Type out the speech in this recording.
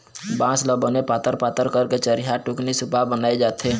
बांस ल बने पातर पातर करके चरिहा, टुकनी, सुपा बनाए जाथे